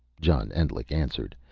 john endlich answered,